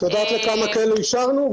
את יודעת לכמה כאלה אישרנו?